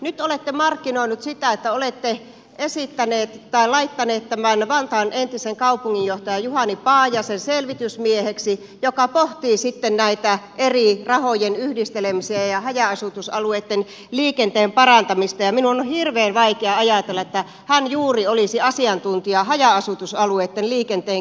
nyt olette markkinoinut sitä että olette laittanut vantaan entisen kaupunginjohtajan juhani paajasen selvitysmieheksi joka pohtii sitten eri rahojen yhdistelemisiä ja haja asutusalueitten liikenteen parantamista ja minun on hirveän vaikea ajatella että hän juuri olisi asiantuntija haja asutusalueitten liikenteen kehittämisessä